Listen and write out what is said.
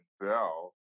Bell